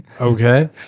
Okay